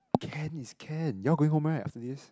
can is can you all going home right after this